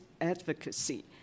advocacy